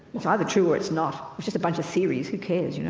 it's either true or it's not, it's just a bunch of theories who cares, you know